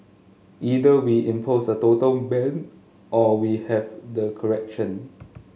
either we impose a total ban or we have the correction